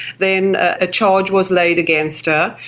then a charge was laid against her,